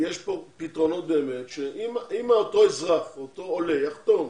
יש פה פתרונות, שאם אותו עולה יחתום,